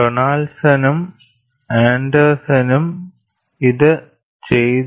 ഡൊണാൾഡ്സണും ആൻഡേഴ്സണും ഇത് ചെയ്തു